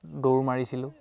দৌৰ মাৰিছিলোঁ